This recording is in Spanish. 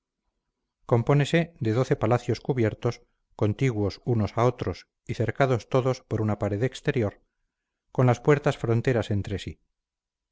compónese de doce palacios cubiertos contiguos unos a otros y cercados todos por una pared exterior con las puertas fronteras entre sí